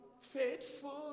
faithful